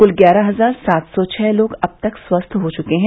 कुल ग्यारह हजार सात सौ छः लोग अब तक स्वस्थ हो चुके हैं